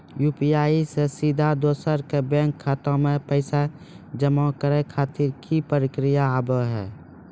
UPI से सीधा दोसर के बैंक खाता मे पैसा जमा करे खातिर की प्रक्रिया हाव हाय?